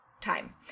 time